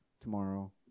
tomorrow